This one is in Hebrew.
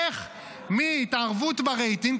איך מהתערבות ברייטינג,